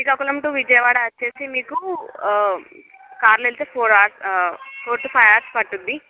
Srikakulam to Vijayawada వచ్చేసి మీకు car లో వెళ్తే four hours four to five hours పడుతుంది